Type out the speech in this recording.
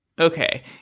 Okay